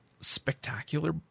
spectacular